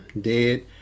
dead